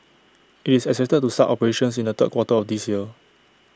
IT is to start operations in the third quarter of this year